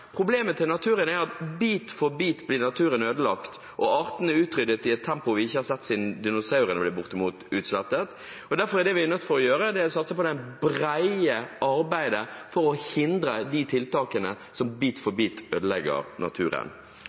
er at bit for bit blir naturen ødelagt og artene utryddet i et tempo vi ikke har sett siden dinosaurene ble utslettet. Derfor er vi nødt til å satse på det brede arbeidet for å hindre de tiltakene som bit for bit ødelegger naturen.